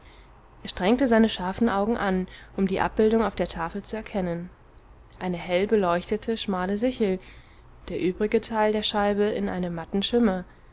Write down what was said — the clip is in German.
er strengte seine scharfen augen an um die abbildung auf der tafel zu erkennen eine hell beleuchtete schmale sichel der übrige teil der scheibe in einem matten schimmer